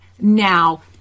now